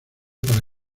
para